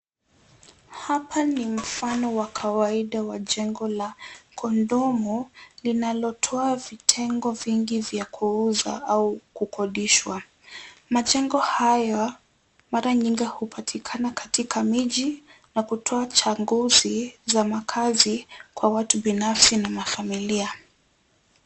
Hapa ni mfano wa kawaida wa jengo la kondomo linalotoa vitengo vingi vya kuuza au kukodishwa. Majengo hayo mara nyingi hupatikana katika miji na kutoa changuzi za makaazi kwa watu binafsi na mafamilia.